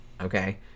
okay